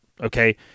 Okay